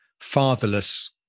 fatherless